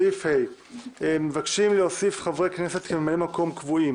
הוספת ממלאי מקום קבועים